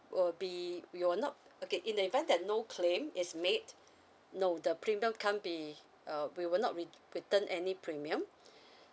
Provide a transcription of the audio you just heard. will be you will not okay in the event that no claim is made no the premium can't be uh we will not re~ return any premium